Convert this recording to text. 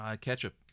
Ketchup